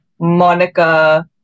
Monica